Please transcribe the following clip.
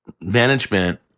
management